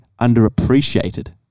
underappreciated